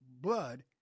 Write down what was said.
blood